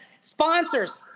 Sponsors